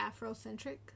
Afrocentric